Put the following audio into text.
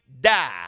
die